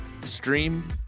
stream